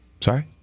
sorry